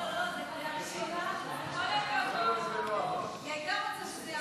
ההצעה להעביר את הצעת חוק התוכנית הכלכלית (תיקוני חקיקה